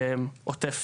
עוטף